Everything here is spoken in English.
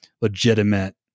legitimate